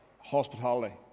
hospitality